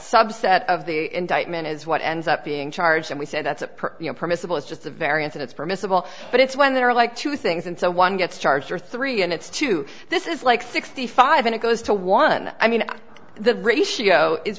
subset of the indictment is what ends up being charged and we said that's approach you know permissible it's just a variance it's permissible but it's when there are like two things and so one gets charged or three and it's two this is like sixty five and it goes to one i mean the ratio is